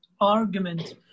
argument